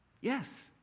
Yes